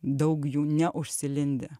daug jų ne užsilindę